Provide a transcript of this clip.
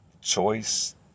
choice